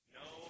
no